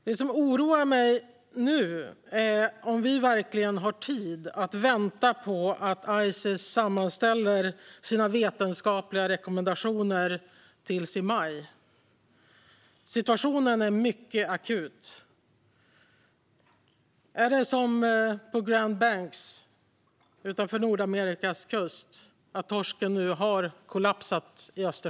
Det som oroar mig nu är om vi verkligen har tid att vänta på att Ices sammanställer sina vetenskapliga rekommendationer i maj. Situationen är mycket akut. Är det likadant i Östersjön som på Grand Banks utanför Nordamerikas kust? Är det så att torsken nu har kollapsat?